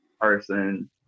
person